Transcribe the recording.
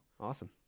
awesome